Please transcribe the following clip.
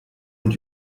und